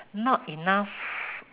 not enough